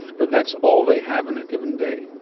but that's all they have in a given day.